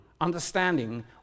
understanding